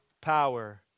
power